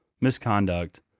misconduct